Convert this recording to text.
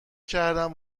کردم